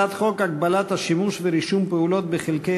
הצעת חוק הגבלת השימוש ורישום פעולות בחלקי